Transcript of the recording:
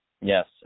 Yes